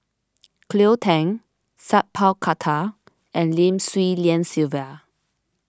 Cleo Thang Sat Pal Khattar and Lim Swee Lian Sylvia